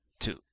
Two